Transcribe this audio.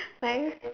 five